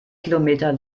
kilometer